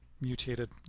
mutated